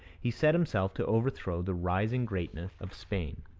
he set himself to overthrow the rising greatness of spain.